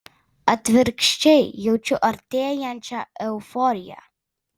atvirkščiai jaučiu artėjančią euforiją